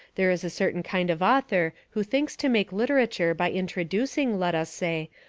there is a certain kind of author who thinks to make literature by in troducing, let us say,